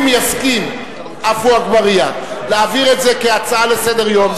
אם עפו אגבאריה יסכים להעביר את זה כהצעה לסדר-היום,